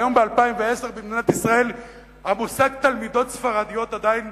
והיום ב-2010 במדינת ישראל המושג תלמידות ספרדיות עדיין